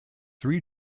three